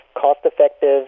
cost-effective